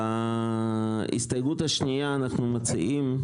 בהסתייגות השנייה אנו מציעים,